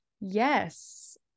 Yes